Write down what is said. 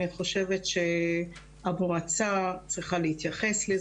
אני חושבת שהמועצה צריכה להתייחס לזה.